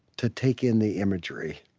to take in the imagery.